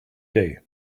day